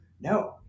no